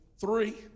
Three